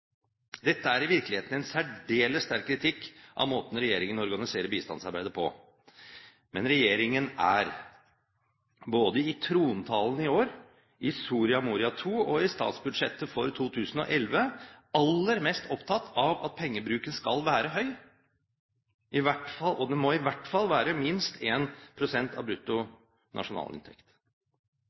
Dette er i virkeligheten en særdeles sterk kritikk av måten regjeringen organiserer bistandsarbeidet på. Men regjeringen er – både i trontalen i år, i Soria Moria II og i statsbudsjettet for 2011 – aller mest opptatt av at pengebruken skal være høy, og det må i hvert fall være minst 1 pst. av